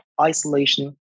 isolation